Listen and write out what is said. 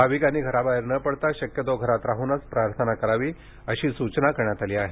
भाविकांनी घराबाहेर न पडता शक्यतो घरात राहूनच प्रार्थना करावी अशी सूचना करण्यात आली आहे